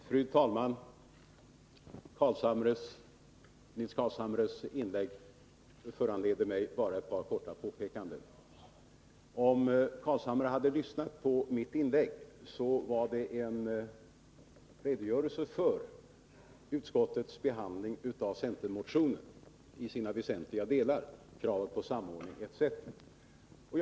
Fru talman! Nils Carlshamres inlägg föranleder bara ett par korta påpekanden. Om Nils Carlshamre hade lyssnat på mitt inlägg, hade han märkt att det var en redogörelse för utskottets behandling av centermotionen i dess olika delar, krav på samordning osv.